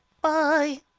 Bye